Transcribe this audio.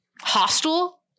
hostile